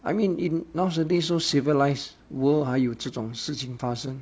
I mean in nowadays so civilized world 还有这种事情发生